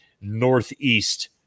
northeast